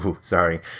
Sorry